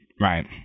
Right